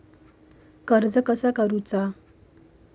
कर्ज कसा करूचा?